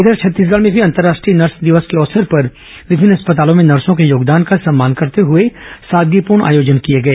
इधर छत्तीसगढ़ में भी अंतर्राष्ट्रीय नर्स दिवस के अवसर पर विभिन्न अस्पतालों में नर्सों के योगदान का सम्मान करते हुए सादगीपूर्ण आयोजन किए गए